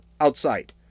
outside